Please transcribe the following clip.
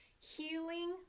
healing